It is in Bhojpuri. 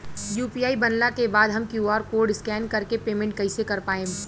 यू.पी.आई बनला के बाद हम क्यू.आर कोड स्कैन कर के पेमेंट कइसे कर पाएम?